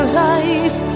life